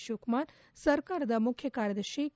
ತಿವಕುಮಾರ್ ಸರ್ಕಾರದ ಮುಖ್ಯ ಕಾರ್ಯದರ್ತಿ ಕೆ